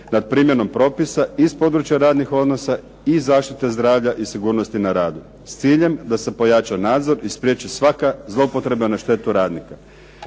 nad primjenom propisa iz područja radnih odnosa i zaštite zdravlja i sigurnosti na radu, s ciljem da se pojača nadzor i spriječi svaka zloupotreba na štetu radnika.